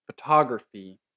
photography